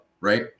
Right